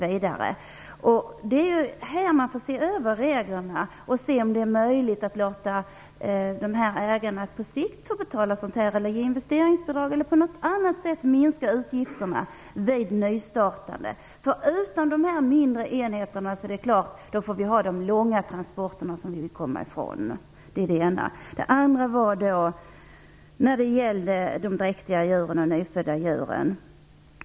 Man måste se över reglerna och se om det är möjligt att låta ägarna på sikt få betala, ge investeringsbidrag eller på något annat sätt minska utgifterna vid nystartande. Utan dessa mindre enheter får vi de långa transporterna som vi vill komma ifrån. Det är den ena frågan. Den andra frågan gäller de dräktiga djuren och de nyfödda djuren.